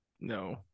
no